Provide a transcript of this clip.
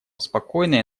спокойной